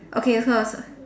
okay so